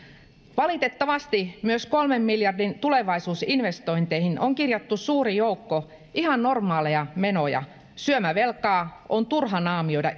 valitettavasti myös kolmen miljardin tulevaisuusinvestointeihin on kirjattu suuri joukko ihan normaaleja menoja syömävelkaa on turha naamioida